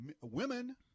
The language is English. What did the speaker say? women